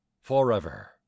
forever